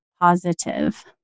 positive